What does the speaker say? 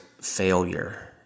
failure